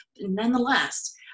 nonetheless